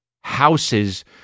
houses